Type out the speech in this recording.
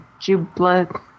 Jubla